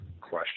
question